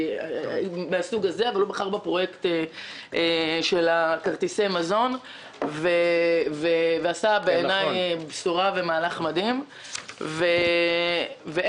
אבל הוא בחר בפרויקט של כרטיסי המזון ועשה לדעתי מהלך מדהים ונתן בשורה.